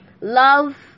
love